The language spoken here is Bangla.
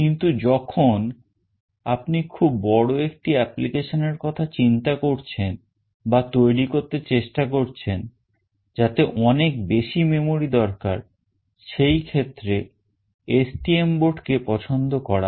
কিন্তু যখন আপনি খুব বড় একটি application এর কথা চিন্তা করছেন বা তৈরি করতে চেষ্টা করছেন যাতে অনেক বেশি memory দরকার সেই ক্ষেত্রে STM board কে পছন্দ করা হয়